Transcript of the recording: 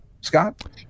Scott